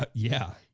but yeah.